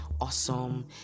awesome